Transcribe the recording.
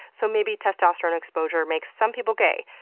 so maybe testosterone exposure makes some people gay.